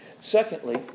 Secondly